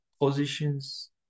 positions